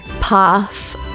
path